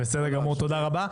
בסדר גמור, תודה רבה.